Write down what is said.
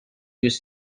was